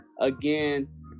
Again